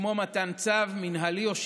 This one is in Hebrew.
כמו מתן צו מינהלי או שיפוטי,